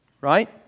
Right